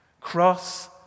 cross